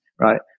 right